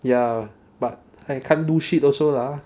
ya but I can't do shit also lah